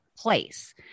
place